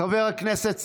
חבר הכנסת שמחה,